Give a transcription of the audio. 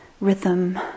rhythm